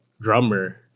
drummer